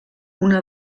una